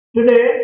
Today